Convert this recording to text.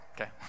Okay